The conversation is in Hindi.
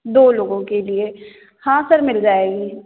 दो लोगों के लिए हाँ सर मिल जाएगी